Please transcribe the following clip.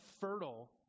fertile